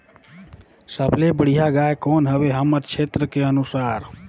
सबले बढ़िया गाय कौन हवे हमर क्षेत्र के अनुसार?